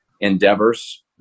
endeavors